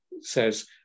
says